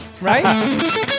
Right